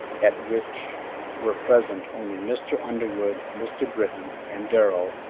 at which were present only mr. underwood, mr. britton, and darrell,